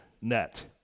net